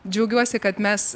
džiaugiuosi kad mes